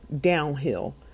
downhill